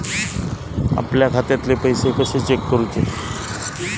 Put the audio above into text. आपल्या खात्यातले पैसे कशे चेक करुचे?